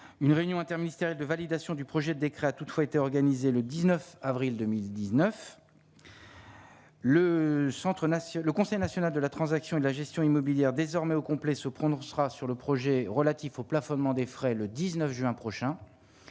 une réunion interministérielle de validation du projet décret a toutefois été organisée le 19 avril 2019, le Centre national au Conseil national de la transaction la gestion immobilière désormais au complet se prononcera sur le projet relatif au plafonnement des frais le 19 juin prochain,